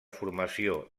formació